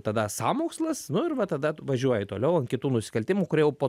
tada sąmokslas nu ir va tada važiuoji toliau ant kitų nusikaltimų kurie po